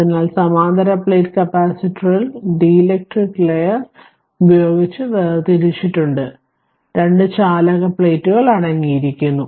അതിനാൽ സമാന്തര പ്ലേറ്റ് കപ്പാസിറ്ററിൽ ഡീലക്ട്രിക് ലെയർ ഉപയോഗിച്ച് വേർതിരിച്ച രണ്ട് ചാലക പ്ലേറ്റുകൾ അടങ്ങിയിരിക്കുന്നു